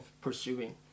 pursuing